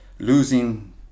losing